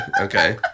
okay